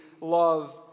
love